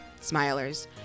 smilers